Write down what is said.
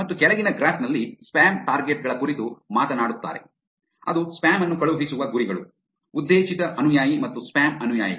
ಮತ್ತು ಕೆಳಗಿನ ಗ್ರಾಫ್ ನಲ್ಲಿ ಸ್ಪ್ಯಾಮ್ ಟಾರ್ಗೆಟ್ ಗಳ ಕುರಿತು ಮಾತನಾಡುತ್ತಾರೆ ಅದು ಸ್ಪ್ಯಾಮ್ ಅನ್ನು ಕಳುಹಿಸುವ ಗುರಿಗಳು ಉದ್ದೇಶಿತ ಅನುಯಾಯಿ ಮತ್ತು ಸ್ಪ್ಯಾಮ್ ಅನುಯಾಯಿಗಳು